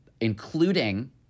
including